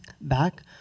back